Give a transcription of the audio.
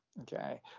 okay